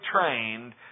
trained